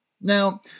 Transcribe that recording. Now